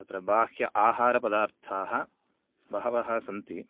तत्र बाह्य आहारपदार्थाः बहवः सन्ति